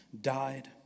died